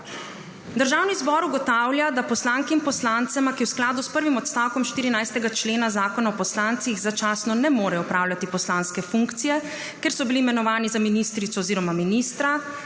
Državni zbor ugotavlja, da poslanki in poslancema, ki v skladu s prvim odstavkom 14. člena Zakona o poslancih začasno ne morejo opravljati poslanske funkcije, ker so bili imenovani za ministrico oziroma ministra,